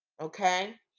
Okay